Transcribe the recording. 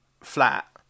flat